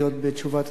בתשובת השר.